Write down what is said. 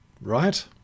right